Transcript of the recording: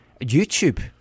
YouTube